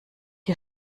ihr